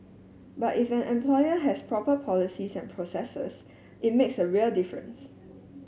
but if an employer has proper policies and processes it makes a real difference